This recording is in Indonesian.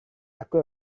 aku